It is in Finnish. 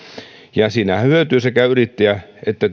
siinä hyötyvät sekä yrittäjä että